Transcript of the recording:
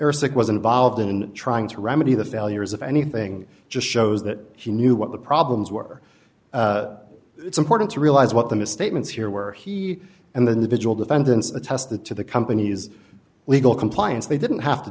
airsick was involved in trying to remedy the failures of anything just shows that he knew what the problems were it's important to realize what the misstatements here where he and the individual defendants attested to the company's legal compliance they didn't have to